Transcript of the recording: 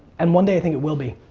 and one day, i think it will be.